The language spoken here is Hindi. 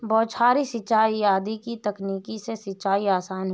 बौछारी सिंचाई आदि की तकनीक से सिंचाई आसान हुई है